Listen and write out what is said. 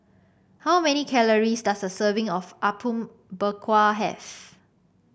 how many calories does a serving of Apom Berkuah have